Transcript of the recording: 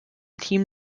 team